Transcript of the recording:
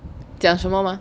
讲什么吗